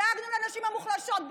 דאגנו לנשים המוחלשות.